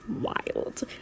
wild